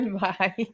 bye